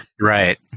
Right